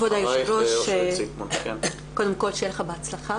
כבוד היושב ראש, קודם כל שיהיה לך בהצלחה.